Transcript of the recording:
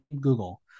google